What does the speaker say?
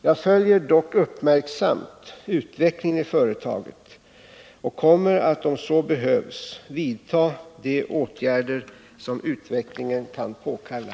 Jag följer dock uppmärksamt utvecklingen i företaget och kommer att om så behövs vidta de åtgärder som utvecklingen kan påkalla.